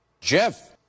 Jeff